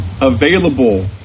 available